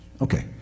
Okay